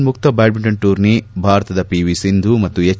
Japan ಮುಕ್ತ badminton tourney ಭಾರತದ PV Sindhu ಮತ್ತು ಎಚ್